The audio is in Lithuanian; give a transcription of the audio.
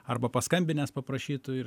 arba paskambinęs paprašytų ir